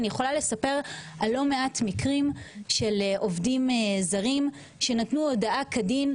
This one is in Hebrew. אני יכולה לספר על לא מעט מקרים של עובדים זרים שנתנו הודעה כדין,